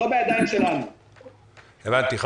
זה לא בידיים שלנו.